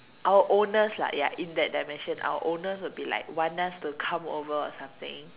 our owners lah ya in that dimension our owners would like want us to come over or something